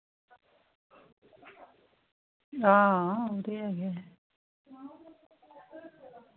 हां ओह् ते ऐ गै